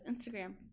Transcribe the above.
Instagram